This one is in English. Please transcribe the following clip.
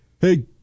Hey